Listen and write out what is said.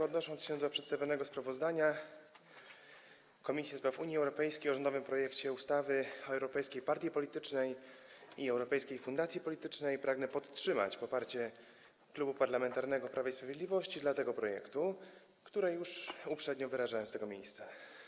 Odnosząc się do przedstawionego sprawozdania Komisji do Spraw Unii Europejskiej o rządowym projekcie ustawy o europejskiej partii politycznej i o europejskiej fundacji politycznej, pragnę podtrzymać poparcie Klubu Parlamentarnego Prawo i Sprawiedliwość dla tego projektu, które już uprzednio wyrażałem z tego miejsca.